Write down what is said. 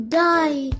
die